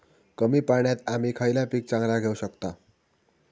कमी पाण्यात आम्ही खयला पीक चांगला घेव शकताव?